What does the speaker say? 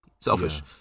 Selfish